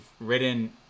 written